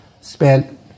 spent